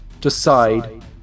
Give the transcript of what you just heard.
decide